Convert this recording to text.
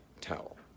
towel